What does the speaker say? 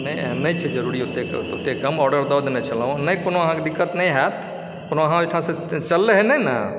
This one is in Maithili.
नहि एहन नहि छै जरुरी ओतेक हम ऑर्डर दऽ देने छलौहँ नहि कोनो अहाँके दिक्कत नहि हैत कोनो अहाँ ओहिठामसँ चललैहँ नहि ने